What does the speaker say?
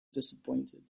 disappointed